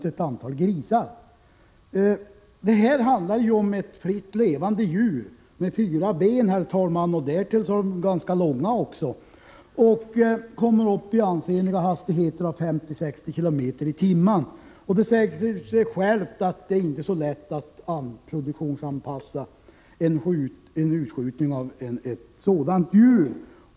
Det handlar, herr talman, här om ett fritt levande djur med fyra ben — därtill ganska långa sådana — och det kan komma upp i den ansenliga hastigheten av 50-60 km i timmen. Det säger sig självt att det inte är så lätt att produktionsanpassa avskjutningen av ett sådant djur.